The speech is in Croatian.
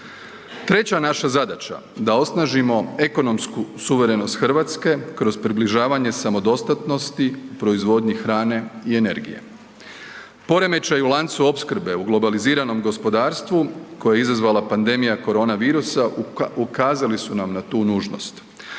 Treća naša zadaća da osnažimo ekonomsku suverenost Hrvatske kroz približavanje samodostatnosti proizvodnji hrane i energije. Poremećaji u lancu opskrbe u globaliziranom gospodarstvu koje je izazvala pandemija korona virusa ukazali su nam na tu nužnost.